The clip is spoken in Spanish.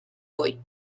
hoy